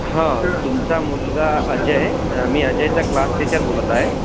हं तुमचा मुलगा अजय मी अजयचा क्लास टीचर बोलत आहे